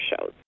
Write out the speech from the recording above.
shows